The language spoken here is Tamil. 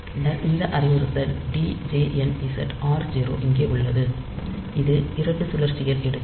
பின்னர் இந்த அறிவுறுத்தல் djnz r0 இங்கே உள்ளது இது 2 சுழற்சிகள் எடுக்கும்